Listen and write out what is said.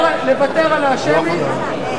לוותר על השמית.